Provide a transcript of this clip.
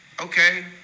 Okay